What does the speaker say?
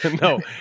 no